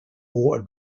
more